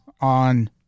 on